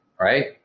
right